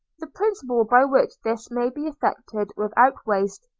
the principle by which this may be effected without waste,